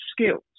skills